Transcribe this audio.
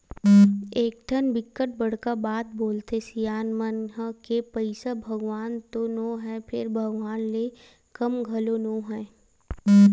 एकठन बिकट बड़का बात बोलथे सियान मन ह के पइसा भगवान तो नो हय फेर भगवान ले कम घलो नो हय